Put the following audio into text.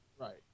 Right